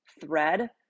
thread